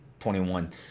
21